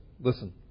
Listen